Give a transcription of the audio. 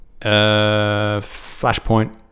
flashpoint